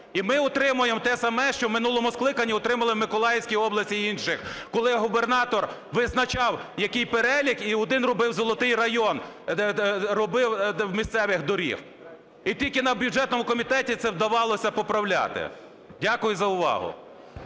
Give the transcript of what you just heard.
І ми отримаємо те саме, що в минулому скликанні отримали в Миколаївській області і інших. Коли губернатор визначав, який перелік, і один робив "золотий" район робив місцевих доріг. І тільки на бюджетному комітеті це вдавалося поправляти. Дякую за увагу.